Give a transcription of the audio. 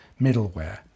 middleware